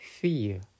fear